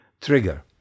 trigger